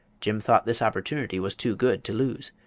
jim thought this opportunity was too good to lose.